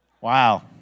Wow